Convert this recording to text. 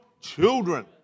children